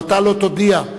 ואתה לא תודיע,